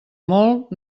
molt